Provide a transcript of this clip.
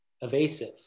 evasive